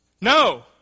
No